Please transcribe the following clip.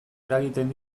eragiten